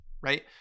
Right